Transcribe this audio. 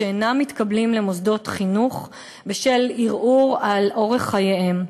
שאינם מתקבלים למוסדות חינוך בשל ערעור על אורח חייהם.